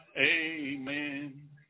Amen